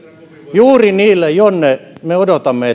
juuri sinne jonne me odotamme